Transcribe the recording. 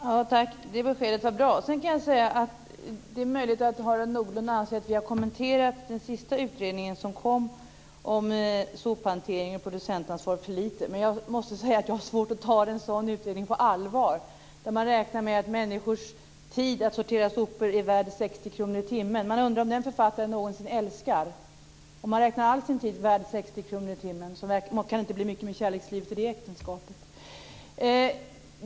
Herr talman! Tack, det beskedet var bra. Jag vill vidare säga att det är möjligt att Harald Nordlund anser att vi för lite har kommenterat den sista utredning som kommit om sophanteringen och producentansvaret. Jag måste dock säga att jag har svårt att ta en sådan utredning på allvar. Man räknar där med att människors tid för sopsortering är värd 60 kr i timmen. Jag undrar om författaren till den någonsin älskar. För dem som anser all sin tid vara värd 60 kr i timmen kan det inte bli mycket tid för kärlek i äktenskapet.